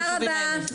תודה רבה.